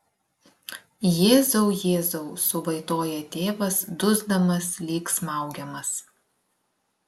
jėzau jėzau suvaitoja tėvas dusdamas lyg smaugiamas